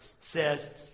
says